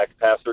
passer